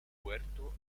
puerto